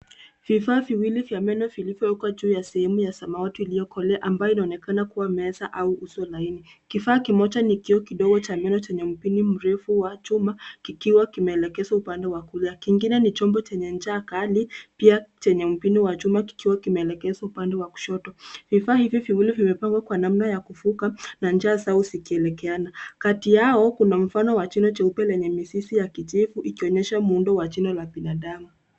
Vifaa viwili vimewekwa juu ya sehemu ya samawati inayofanana na meza au stendi. Kifaa cha kwanza ni kidogo chenye mpini mrefu wa chuma, kikiwa kimeelekezwa upande wa kulia. Kingine ni chombo chenye ncha kali, pia chenye mpini wa chuma, kikiwa kimeelekezwa upande wa kushoto. Vifaa hivi viwili vimepangwa kwa namna ya kuvuka, na vinakaribiana. Katikati, kuna mfano wa chuma chenye alama ya kitipu, unaoonyesha umbo la chuma na mpira.